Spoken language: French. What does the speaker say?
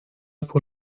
pour